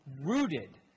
rooted